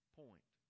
point